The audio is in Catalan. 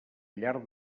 llar